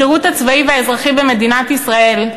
השירות הצבאי והאזרחי במדינת ישראל,